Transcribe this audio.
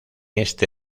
este